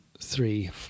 three